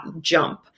jump